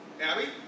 Abby